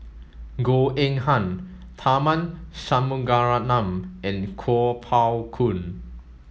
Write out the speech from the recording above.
Goh Eng Han Tharman Shanmugaratnam and Kuo Pao Kun